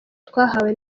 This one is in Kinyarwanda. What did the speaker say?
twahawe